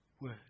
Word